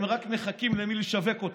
הם רק מחכים למי לשווק אותן,